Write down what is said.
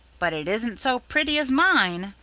but it isn't so pretty as mine,